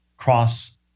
cross